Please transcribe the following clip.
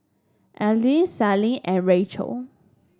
Elige Sallie and Rachel